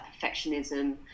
perfectionism